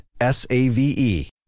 S-A-V-E